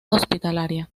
hospitalaria